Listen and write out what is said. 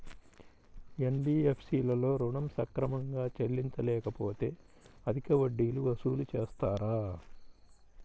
NBFC లలో ఋణం సక్రమంగా చెల్లించలేకపోతె అధిక వడ్డీలు వసూలు చేస్తారా?